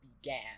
began